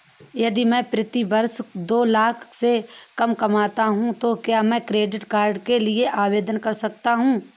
यदि मैं प्रति वर्ष दो लाख से कम कमाता हूँ तो क्या मैं क्रेडिट कार्ड के लिए आवेदन कर सकता हूँ?